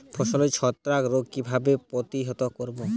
ফসলের ছত্রাক রোগ কিভাবে প্রতিহত করব?